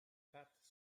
pattes